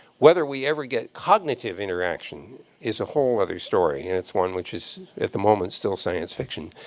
whether we ever get cognitive interaction is a whole other story. and it's one which is at the moment still science fiction.